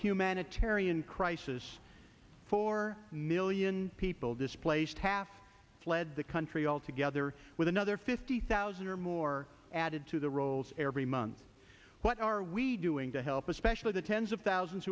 humanitarian crisis four million people displaced half fled the country altogether with another fifty thousand or more added to the rolls every month what are we doing to help especially the tens of thousands